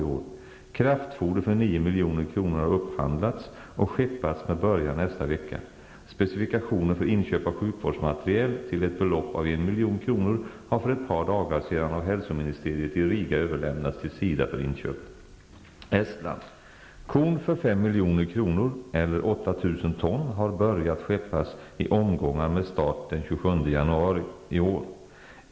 Kraftfoder för 9 milj.kr. har upphandlats och skeppas med början nästa vecka. Specifikationer för inköp av sjukvårdsmateriel till ett belopp av 1 milj.kr. har för ett par dagar sedan av hälsoministeriet i Riga överlämnats till SIDA för inköp. Estland: Korn för 5 milj.kr., eller 8 000 ton, har börjat skeppas i omgångar med start den 27 januari i år.